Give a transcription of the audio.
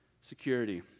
security